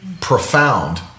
profound